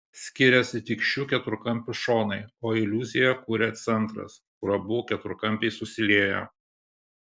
skiriasi tik šių keturkampių šonai o iliuziją kuria centras kur abu keturkampiai susilieja